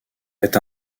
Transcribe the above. est